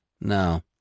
No